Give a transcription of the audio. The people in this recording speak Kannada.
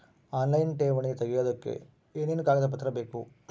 ಆನ್ಲೈನ್ ಠೇವಣಿ ತೆಗಿಯೋದಕ್ಕೆ ಏನೇನು ಕಾಗದಪತ್ರ ಬೇಕು?